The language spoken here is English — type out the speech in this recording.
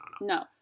no